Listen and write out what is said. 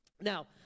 Now